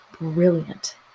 brilliant